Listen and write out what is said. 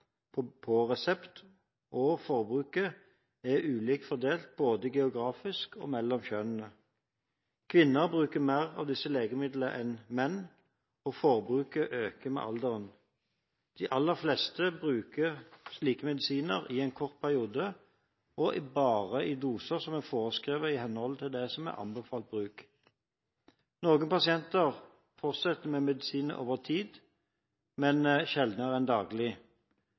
på resept, og forbruket er ulikt fordelt både geografisk og mellom kjønnene. Kvinner bruker mer av disse legemidlene enn menn gjør, og forbruket øker med alderen. De aller fleste bruker slike medisiner i en kort periode, og bare i doser som er forskrevet i henhold til det som er anbefalt bruk. Noen pasienter fortsetter med medisin over tid, men sjeldnere enn daglig.